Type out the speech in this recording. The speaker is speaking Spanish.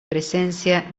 presencia